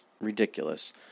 ridiculous